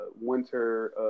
winter